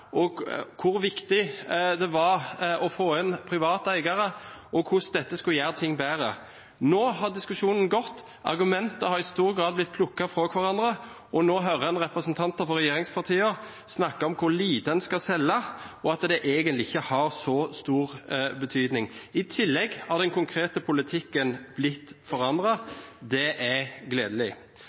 hvor viktig det var å få inn private eiere, og hvordan dette skulle gjøre ting bedre. Nå har diskusjonen gått, argumenter har i stor grad blitt plukket fra hverandre, og nå hører en representanter for regjeringspartiene snakke om hvor lite en skal selge, og at det egentlig ikke har så stor betydning. I tillegg har den konkrete politikken blitt forandret. Det er gledelig.